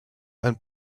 and